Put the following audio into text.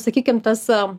sakykim tąsa